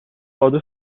آدرس